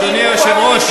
אדוני היושב-ראש,